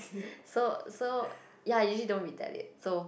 so so ya usually don't retaliate so